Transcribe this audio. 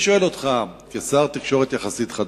אני שואל אותך כשר תקשורת חדש יחסית: